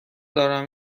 دارم